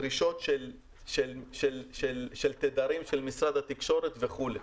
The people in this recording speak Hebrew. האם המערכת עומדת בדרישות של תדרים של משרד התקשורת וכולי.